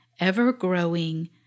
ever-growing